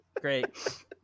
Great